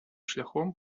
шляхом